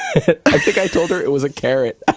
i think i told her it was a carrot